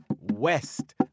West